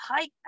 Hi